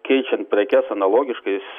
keičiant prekes analogiškais